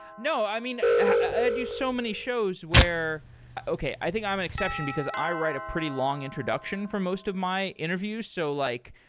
no, i mean, i do so many shows where okay. i think i'm an exception, because i write a pretty long introduction for most of my interviews. so, like,